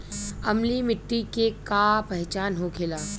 अम्लीय मिट्टी के का पहचान होखेला?